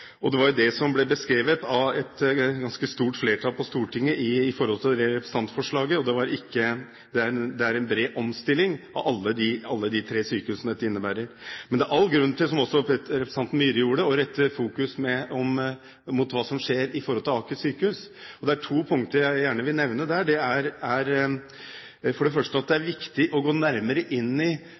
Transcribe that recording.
og det var det som ble beskrevet av et ganske stort flertall på Stortinget i forhold til det representantforslaget, og det er en bred omstilling av alle de tre sykehusene dette innebærer. Men det er all grunn til, som også representanten Myhre gjorde, å rette fokus mot hva som skjer i forhold til Aker sykehus, og det er to punkter jeg gjerne vil nevne der. Det er for det første at det er viktig å gå nærmere inn i